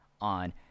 on